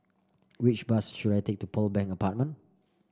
which bus should I take to Pearl Bank Apartment